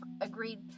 agreed